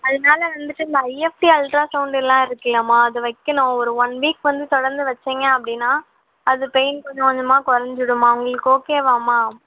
அதனால வந்துட்டு இந்த ஐஎஃப்டீ அல்ட்ரா சவுண்ட் எல்லாம் இருக்குதுல்லமா அது வைக்கணும் ஒரு ஒன் வீக் வந்து தொடர்ந்து வச்சிங்க அப்படின்னா அது பெயின் கொஞ்சம் கொஞ்சமாக குறஞ்சிடும்மா உங்களுக்கு ஓகேவாம்மா